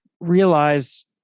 realize